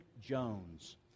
Jones